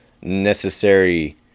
necessary